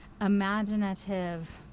imaginative